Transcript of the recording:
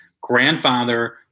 grandfather